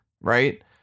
right